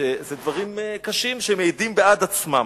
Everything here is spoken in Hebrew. הן דברים קשים שמעידים בעד עצמם.